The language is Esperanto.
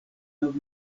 nov